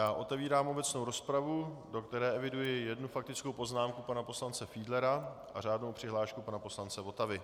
Otevírám obecnou rozpravu, do které eviduji jednu faktickou poznámku pana poslance Fiedlera a řádnou přihlášku pana poslance Votavy.